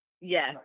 Yes